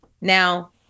Now